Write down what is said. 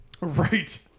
Right